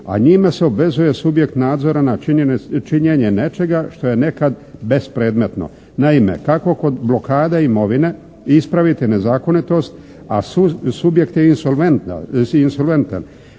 a njime se obvezuje subjekt nadzora na činjenje nečega što je nekad bezpredmetno. Naime kako kod blokada imovine ispraviti nezakonitost a subjekt je insolventan.